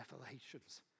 revelations